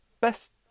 Best